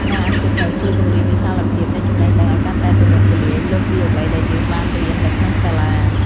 ការអានសៀវភៅជួយពង្រីកវិសាលភាពនៃចំណេះដឹងឱ្យកាន់តែទូលំទូលាយលើសពីអ្វីដែលយើងបានរៀននៅក្នុងសាលា។